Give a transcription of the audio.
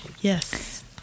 yes